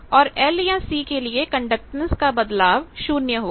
और L या C के लिए कंडक्टेंस का बदलाव 0 होगा